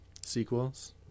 Sequels